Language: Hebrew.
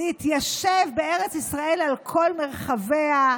להתיישב בארץ ישראל על כל מרחביה,